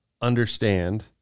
understand